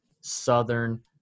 southern